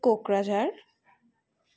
Kokrajhar